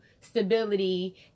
stability